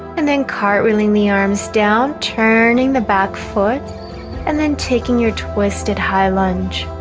and then cartwheeling the arms down turning the back foot and then taking your twisted high lunge